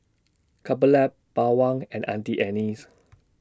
Couple Lab Bawang and Auntie Anne's